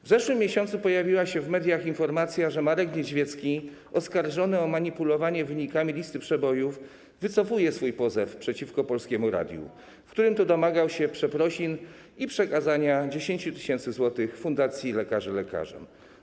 W zeszłym miesiącu pojawiła się w mediach informacja, że Marek Niedźwiecki, oskarżony o manipulowanie wynikami listy przebojów, wycofuje swój pozew przeciwko Polskiemu Radiu, w którym to domagał się przeprosin i przekazania 10 tys. zł Fundacji Lekarze Lekarzom.